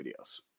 videos